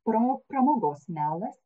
pro pramogos melas